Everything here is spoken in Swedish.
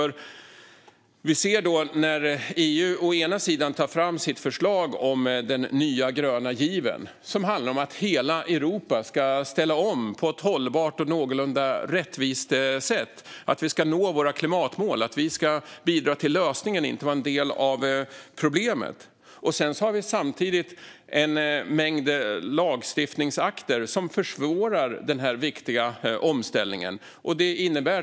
Å ena sidan tar EU fram sitt förslag om den nya gröna given, som handlar om att hela Europa ska ställa om på ett hållbart och någorlunda rättvist sätt, att vi ska nå våra klimatmål och att vi ska bidra till lösningen och inte vara en del av problemet. Å andra sidan har vi en mängd lagstiftningsakter som försvårar den här viktiga omställningen.